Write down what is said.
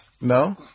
No